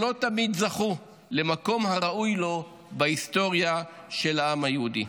שלא תמיד זכה למקום הראוי לו בהיסטוריה של העם היהודי.